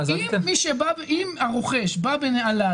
אגב, הריט יכול --- שבוע שעבר באו חבר'ה